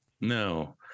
No